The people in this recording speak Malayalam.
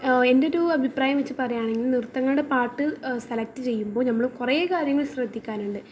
എൻ്റെ ഒരൂ അഭിപ്രായം വച്ച് പറയുകയണെങ്കിൽ നൃർത്തങ്ങളുടടെ പാട്ട് സെലക്റ്റ് ചെയ്യുമ്പോൾ നമ്മൾ കുറേ കാര്യങ്ങൾ ശ്രദ്ധിക്കാനുണ്ട്